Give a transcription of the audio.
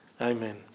Amen